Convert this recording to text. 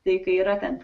tai kai yra ten